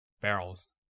barrels